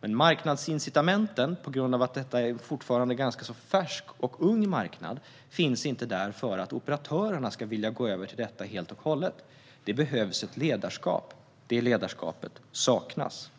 men på grund av att detta fortfarande är en ganska färsk och ung marknad finns inte marknadsincitamenten för operatörerna att gå över till det helt och hållet. Det behövs ledarskap. Det ledarskapet saknas.